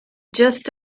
just